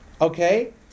Okay